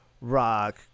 rock